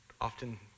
often